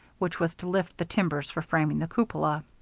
which was to lift the timbers for framing the cupola.